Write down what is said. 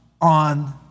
on